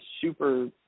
super